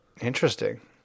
Interesting